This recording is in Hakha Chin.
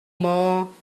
maw